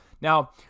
Now